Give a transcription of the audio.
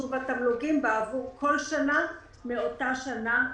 בחישוב התמלוגים בעבור כל שנה מאותה שנה ואילך.";"